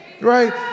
right